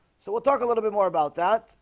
so we'll talk a little bit more about that